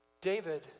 David